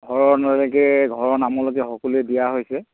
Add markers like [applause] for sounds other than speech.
ঘৰৰ [unintelligible] লৈকে ঘৰৰ নামলৈকে সকলোৱে দিয়া হৈছে